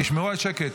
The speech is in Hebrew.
תשמרו על שקט.